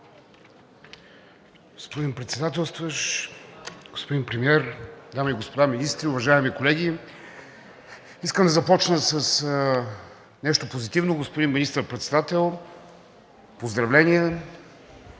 Господин Председателстващ, господин Премиер, дами и господа министри, уважаеми колеги! Искам да започна с нещо позитивно, господин Министър председател, поздравления